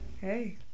Hey